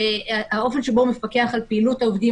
האופן שבו הוא מפקח על פעילות העובדים